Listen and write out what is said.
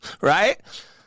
Right